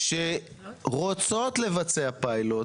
שרוצות לבצע פיילוט,